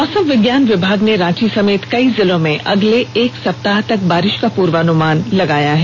मौसम विज्ञान विभाग ने रांची समेत कई जिलों में अगले एक सप्ताह तक बारिष का पूर्वानुमान लगाया है